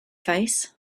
face